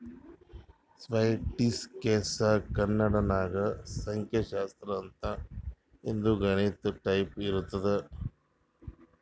ಸ್ಟ್ಯಾಟಿಸ್ಟಿಕ್ಸ್ಗ ಕನ್ನಡ ನಾಗ್ ಸಂಖ್ಯಾಶಾಸ್ತ್ರ ಅಂತಾರ್ ಇದು ಗಣಿತ ಟೈಪೆ ಇರ್ತುದ್